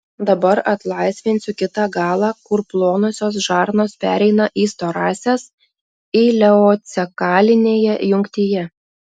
dabar atlaisvinsiu kitą galą kur plonosios žarnos pereina į storąsias ileocekalinėje jungtyje